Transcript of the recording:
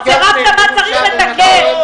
צירפת את מה שצריך לתקן.